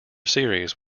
series